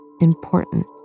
important